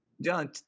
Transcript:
John